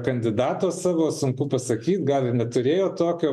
kandidato savo sunku pasakyt gal ir neturėjo tokio